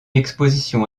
exposition